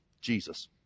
Jesus